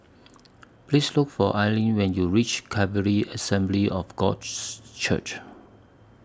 Please Look For Alline when YOU REACH Calvary Assembly of God Church